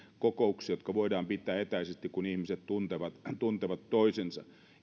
kokouksia jotka voidaan pitää etänä kun ihmiset tuntevat tuntevat toisensa